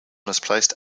misplaced